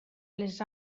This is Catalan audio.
les